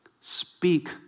Speak